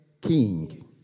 king